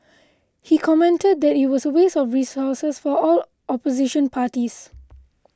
he commented that it was a waste of resources for all opposition parties